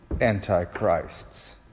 antichrists